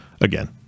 Again